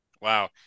Wow